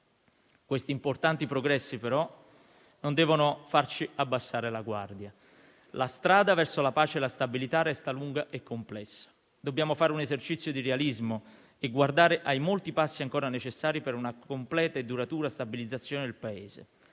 Questi importanti progressi, però, non devono farci abbassare la guardia. La strada verso la pace e la stabilità resta lunga e complessa. Dobbiamo fare un esercizio di realismo e guardare ai molti passi ancora necessari per una completa e duratura stabilizzazione del Paese.